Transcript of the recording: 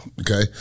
Okay